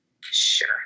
Sure